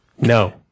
No